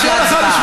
קשה לך.